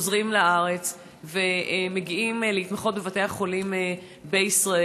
חוזרים לארץ ומגיעים להתמחות בבתי החולים בישראל.